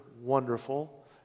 wonderful